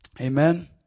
Amen